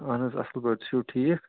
اہَن حظ اَصٕل پٲٹھۍ تُہی چھُو ٹھیٖک